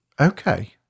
okay